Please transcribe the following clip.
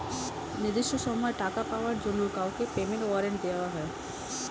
নির্দিষ্ট সময়ে টাকা পাওয়ার জন্য কাউকে পেমেন্ট ওয়ারেন্ট দেওয়া হয়